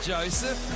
Joseph